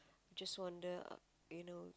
just wonder uh you know